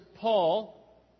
Paul